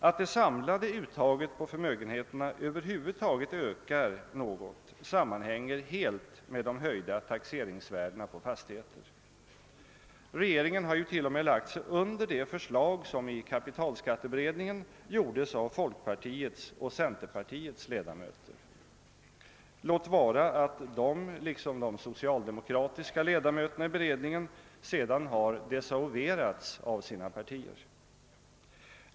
Att det samlade uttaget på förmögenheterna över huvud taget ökar något sammanhänger helt med de höjda taxeringsvärdena på fastigheter. Regeringen har ju t.o.m. lagt sig under det förslag som i kapitalskatteberedningen framfördes av folkpartiets och centerpartiets ledamöter — låt vara att dessa liksom de socialdemokratiska ledamöterna i beredningen sedan desavuerats av sina partier.